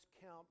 count